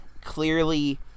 clearly